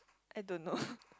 I don't know